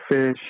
fish